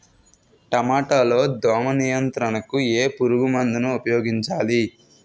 టమాటా లో దోమ నియంత్రణకు ఏ పురుగుమందును ఉపయోగించాలి?